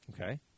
Okay